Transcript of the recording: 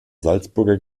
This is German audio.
salzburger